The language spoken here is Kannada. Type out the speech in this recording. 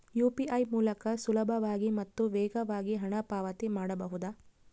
ಯು.ಪಿ.ಐ ಮೂಲಕ ಸುಲಭವಾಗಿ ಮತ್ತು ವೇಗವಾಗಿ ಹಣ ಪಾವತಿ ಮಾಡಬಹುದಾ?